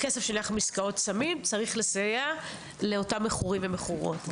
הכסף שהולך מעסקאות סמים צריך לסייע לאותם מכורים ומכורות.